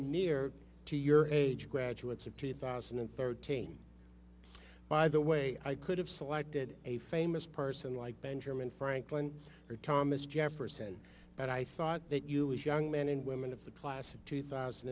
near to your age graduates of two thousand and thirteen by the way i could have selected a famous person like benjamin franklin or thomas jefferson but i thought that you as young men and women of the class of two thousand